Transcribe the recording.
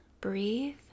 breathe